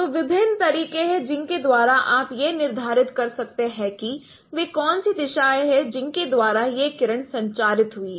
तो विभिन्न तरीके हैं जिनके द्वारा आप यह निर्धारित कर सकते हैं कि वे कौन सी दिशाएँ हैं जिनके द्वारा यह किरण संचारित हुई है